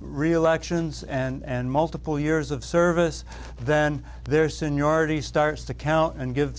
reelections and multiple years of service then their seniority starts to count and give